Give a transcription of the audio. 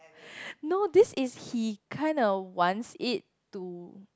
no this is he kind of wants it to